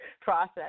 process